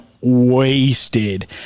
wasted